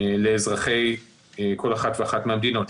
לאזרחי כל אחת ואחת מהמדינות.